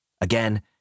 Again